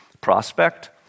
prospect